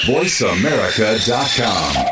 VoiceAmerica.com